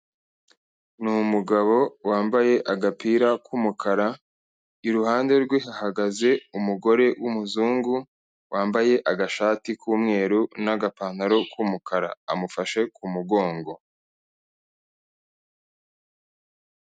Ni umugabo wambaye agapira k'umukara, iruhande rwe hahagaze umugore w'umuzungu, wambaye agashati k'umweru n'agapantaro k'umukara, amufashe ku mugongo.